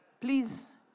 please